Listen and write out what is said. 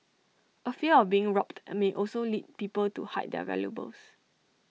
A fear of being robbed may also lead people to hide their valuables